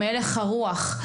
מהלך הרוח,